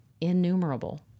innumerable